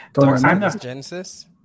Genesis